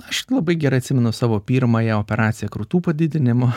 aš labai gerai atsimenu savo pirmąją operaciją krūtų padidinimo